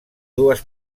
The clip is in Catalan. dues